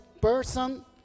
person